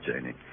Janie